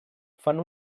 fan